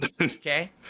Okay